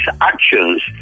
actions